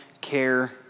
care